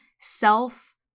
self